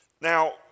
Now